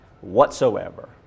whatsoever